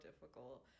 difficult